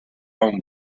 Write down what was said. aún